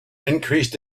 increased